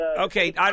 Okay